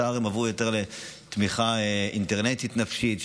סה"ר עברו יותר לתמיכה אינטרנטית נפשית,